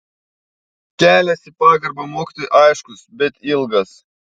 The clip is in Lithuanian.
kelias į pagarbą mokytojui aiškus bet ilgas